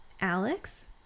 Alex